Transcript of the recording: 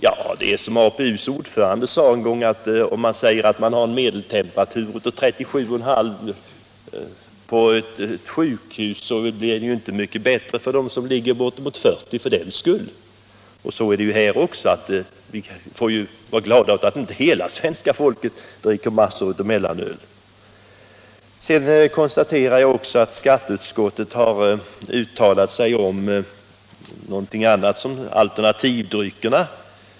Ja, det är som alkoholpolitiska utredningens ordförande sade en gång: Om medeltemperaturen hos patienterna på ett sjukhus är 37,5 grader, så gör det ju inte saken bättre för dem som har bortemot 40. Så är det här också. Vi får vara glada åt att inte hela svenska folket dricker massor av mellanöl. Jag konstaterar också att skatteutskottet har uttalat sig om alternativdryckerna.